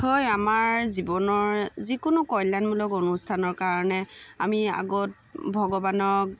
হয় আমাৰ জীৱনৰ যিকোনো কল্যাণমূলক অনুষ্ঠানৰ কাৰণে আমি আগত ভগৱানক